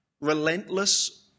relentless